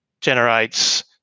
generates